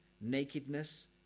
nakedness